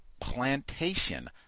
plantation